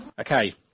Okay